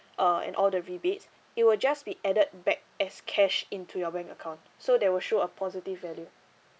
uh and all the rebates it will just be added back as cash into your bank account so there will show a positive value